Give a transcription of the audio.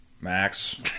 max